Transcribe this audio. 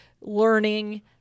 learning